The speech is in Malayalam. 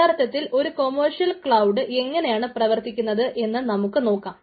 യഥാർത്ഥത്തിൽ ഒരു കമേഴ്സ്യൽ ക്ലൌഡ് എങ്ങനെയാണ് പ്രവർത്തിക്കുന്നത് എന്ന് നമുക്ക് നോക്കാം